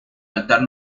altar